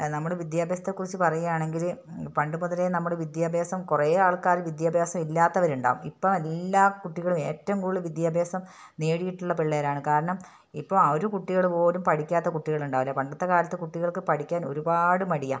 നമ്മൾ വിദ്യാഭ്യാസത്തെ കുറിച്ചു പറയുകയാണെങ്കിൽ പണ്ട് മുതലേ നമ്മുടെ വിദ്യാഭ്യാസം കുറേ ആൾക്കാർ വിദ്യാഭ്യാസം ഇല്ലാത്തവർ ഉണ്ടാവും ഇപ്പം എല്ലാ കുട്ടികളും ഏറ്റവും കൂടുതൽ വിദ്യാഭ്യാസം നേടിയിട്ടുള്ള പിള്ളേരാണ് കാരണം ഇപ്പം ആ ഒരു കുട്ടികൾ പോലും പഠിക്കാത്ത കുട്ടികൾ ഉണ്ടാവില്ല പണ്ടത്തെ കാലത്ത് കുട്ടികൾക്ക് പഠിക്കാൻ ഒരുപാട് മടിയാണ്